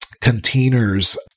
containers